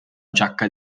giacca